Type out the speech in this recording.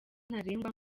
ntarengwa